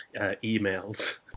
emails